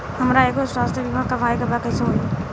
हमरा एगो स्वास्थ्य बीमा करवाए के बा कइसे होई?